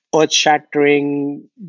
earth-shattering